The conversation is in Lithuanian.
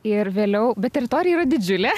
ir vėliau bet teritorija yra didžiulė